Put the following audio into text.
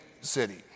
city